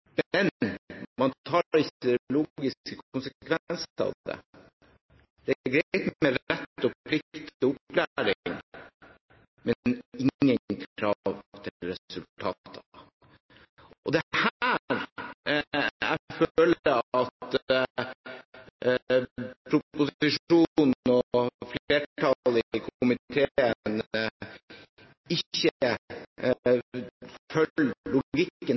Men man tar ikke de logiske konsekvensene av det. Det er greit med rett og plikt til opplæring, men det er ingen krav til resultater. Det er her jeg føler at proposisjonen og flertallet i komiteen ikke